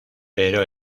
pero